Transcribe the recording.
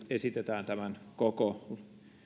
esitetään tämän koko